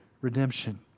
redemption